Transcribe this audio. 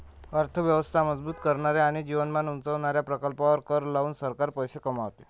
अर्थ व्यवस्था मजबूत करणाऱ्या आणि जीवनमान उंचावणाऱ्या प्रकल्पांवर कर लावून सरकार पैसे कमवते